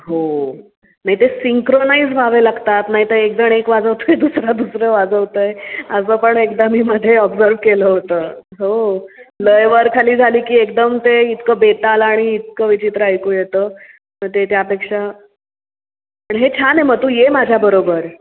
हो नाही ते सिंक्रोनाईज व्हावे लागतात नाहीतर एकजण एक वाजवतो आहे दुसरा दुसरं वाजवत आहे असं पण एकदा मी मध्ये ऑब्झर्व केलं होतं हो लय वर खाली झाली की एकदम ते इतकं बेताल आणि इतकं विचित्र ऐकू येतं तर ते त्यापेक्षा पण हे छान आहे मग तू ये माझ्याबरोबर